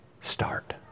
start